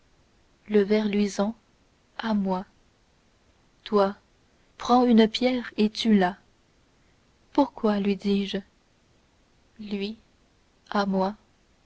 le ver luisant à moi toi prends une pierre et tue la pourquoi lui dis-je lui à moi